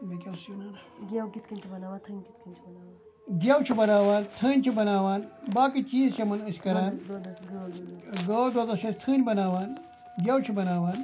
بیٚیہِ کیٛاہ اوس یہِ وَنان گٮ۪و چھِ بَںاوان تھٔنۍ چھِ بَناوان باقٕے چیٖز چھِ یِمَن أسۍ کَران گٲو دۄدَس چھِ أسۍ تھٔنۍ بَناوان گٮ۪و چھِ بَناوان